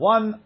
One